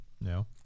No